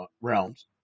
realms